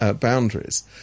boundaries